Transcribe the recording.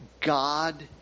God